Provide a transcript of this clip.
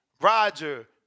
Roger